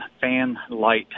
fan-light